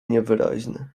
niewyraźny